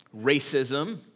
racism